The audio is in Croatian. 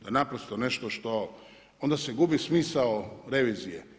To je naprosto nešto što, onda se gubi smisao revizije.